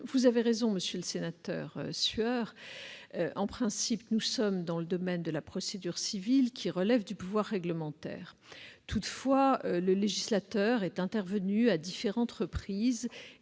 Vous avez raison, monsieur le sénateur Sueur : en principe, nous sommes dans le domaine de la procédure civile, qui relève du pouvoir réglementaire. Toutefois, le législateur est intervenu à plusieurs reprises